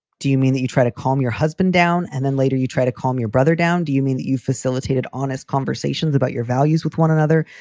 do you mean that you try to calm your husband down and then later you try to calm your brother down? do you mean that you facilitated honest conversations about your values with one another?